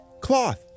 Cloth